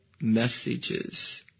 messages